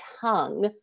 tongue